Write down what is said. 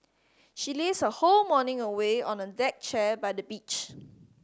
she lazed her whole morning away on a deck chair by the beach